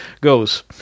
goes